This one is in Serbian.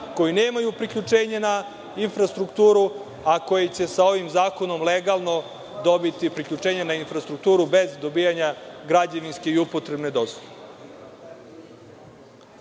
koji nemaju priključenje na infrastrukturu, a koji će sa ovim zakonom legalno dobiti priključenje na infrastrukturu bez dobijanja građevinske i upotrebne